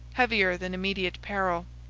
heavier than immediate peril.